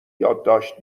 یادداشت